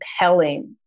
compelling